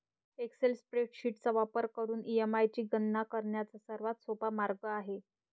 Excel spreadsheet चा वापर करून ई.एम.आय ची गणना करण्याचा सर्वात सोपा मार्ग आहे